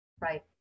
Right